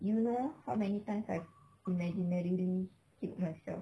you know how many times I imaginarily kill myself